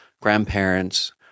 grandparents